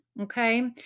okay